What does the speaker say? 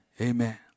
Amen